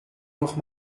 noch